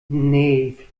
nee